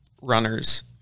runners